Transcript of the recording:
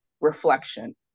Reflection